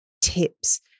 tips